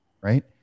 Right